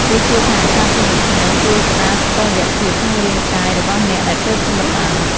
គេជឿថា ការធ្វើដូច្នេះជួយស្ដារតុល្យភាពក្នុងរាងកាយរបស់អ្នកដែលទើបសម្រាល។